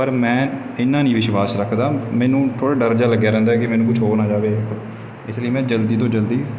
ਪਰ ਮੈਂ ਇੰਨਾ ਨਹੀਂ ਵਿਸ਼ਵਾਸ ਰੱਖਦਾ ਮੈਨੂੰ ਥੋੜ੍ਹਾ ਡਰ ਜਿਹਾ ਲੱਗਿਆ ਰਹਿੰਦਾ ਕਿ ਮੈਨੂੰ ਕੁਛ ਹੋ ਨਾ ਜਾਵੇ ਇਸ ਲਈ ਮੈਂ ਜਲਦੀ ਤੋਂ ਜਲਦੀ